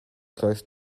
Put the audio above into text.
close